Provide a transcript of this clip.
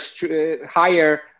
higher